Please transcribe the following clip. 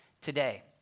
today